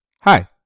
hi